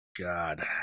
God